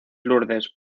lourdes